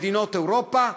במדינות אירופה,